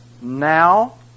now